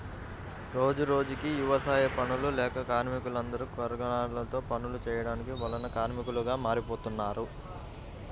రోజురోజుకీ యవసాయ పనులు లేక కార్మికులందరూ కర్మాగారాల్లో పనులు చేయడానికి వలస కార్మికులుగా మారిపోతన్నారు